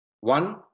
One